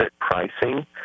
pricing